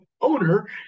owner